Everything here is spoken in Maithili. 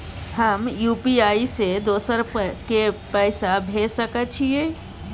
हम यु.पी.आई से दोसर के पैसा भेज सके छीयै?